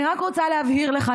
אני רק רוצה להבהיר לך,